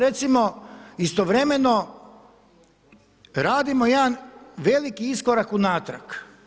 Recimo, istovremeno radimo jedan veliki iskorak unatrag.